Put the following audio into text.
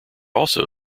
also